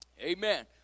Amen